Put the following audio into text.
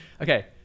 okay